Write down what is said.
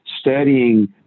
studying